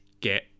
get